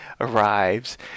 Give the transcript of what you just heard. arrives